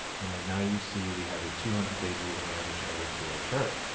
and then now you see we have a two hundred day moving average added to our chart.